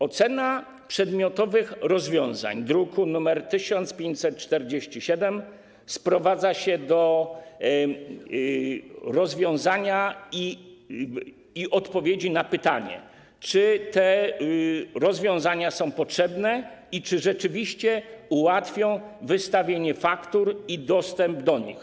Ocena przedmiotowych rozwiązań z druku nr 1547 sprowadza się do odpowiedzi na pytanie, czy te rozwiązania są potrzebne i czy rzeczywiście ułatwią wystawianie faktur i dostęp do nich.